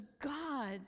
God